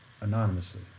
anonymously